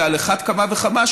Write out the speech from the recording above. ועל אחת כמה וכמה,